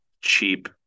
cheap